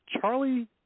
Charlie